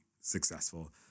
successful